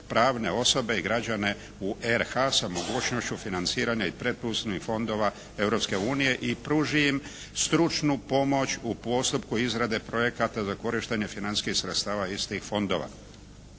pravne osobe i građane u RH sa mogućnošću financiranja i pretpristupnih fondova Europske unije i pruži im stručnu pomoć u postupku izrade projekata za korištenje financijskih sredstava iz tih fondova.